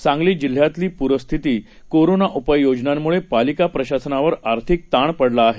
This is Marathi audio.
सांगलीपरिसरातलीपूरस्थिती कोरोनाउपाययोजनांमुळेपालिकाप्रशासनावरआर्थिकताणपडलाआहे